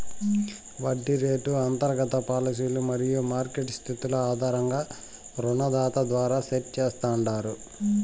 వడ్డీ రేటు అంతర్గత పాలసీలు మరియు మార్కెట్ స్థితుల ఆధారంగా రుణదాత ద్వారా సెట్ చేస్తాండారు